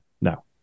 No